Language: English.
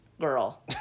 girl